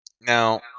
Now